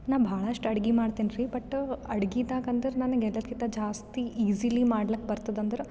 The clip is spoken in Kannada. ನಾ ಬಹಳಷ್ಟು ಅಡುಗೆ ಮಾಡ್ತಿನಿ ರಿ ಬಟ್ ಅಡುಗೆದಾಗ್ ಅಂದ್ರೆ ನನಗೆ ಎಲ್ಲದ್ಕಿಂತ ಜಾಸ್ತಿ ಈಜೀಲಿ ಮಾಡ್ಲಾಕೆ ಬರ್ತದ ಅಂದ್ರೆ